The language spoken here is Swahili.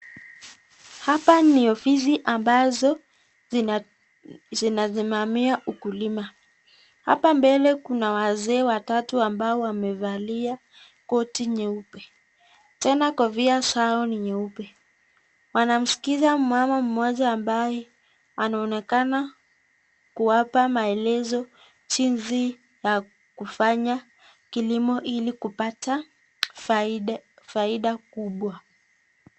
Hapa mi ofisi ambazo zinasimamia ukulima. Hapa kuna wazee watatu ambao wamevalia koti nyeupe, tena kofia zao ni nyeupe. Wanamskiza mmama mmoja ambaye anaonekana kuwapa maelezo jinsi ya kufanya kilimo ili kupata faida kubwa.